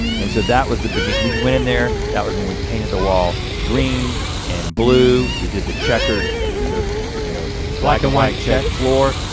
and so that was the beginning, we went in there that was when we painted the wall green and blue we did the checkered, the you know the black and white check floor.